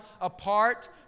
apart